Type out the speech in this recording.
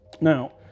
Now